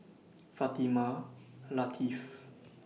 Fatimah Lateef